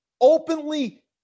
openly